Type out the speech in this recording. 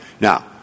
Now